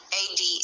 ad